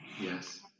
yes